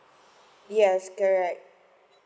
yes correct